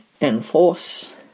enforce